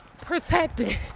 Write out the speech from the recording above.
protected